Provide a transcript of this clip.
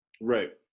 Right